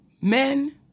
men